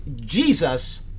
Jesus